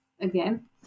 again